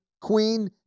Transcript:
Queen